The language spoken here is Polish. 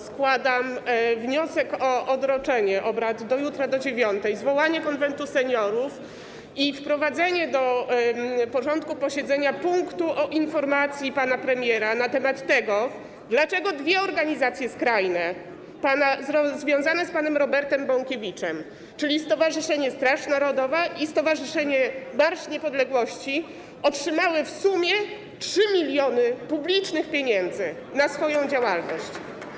Składam wniosek o odroczenie obrad do jutra, do godz. 9, zwołanie Konwentu Seniorów i wprowadzenie do porządku posiedzenia punktu dotyczącego informacji pana premiera na temat tego, dlaczego dwie skrajne organizacje związane z panem Robertem Bąkiewiczem, czyli stowarzyszenie Straż Narodowa i Stowarzyszenie „Marsz Niepodległości”, otrzymały w sumie 3 mln publicznych pieniędzy na swoją działalność.